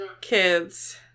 Kids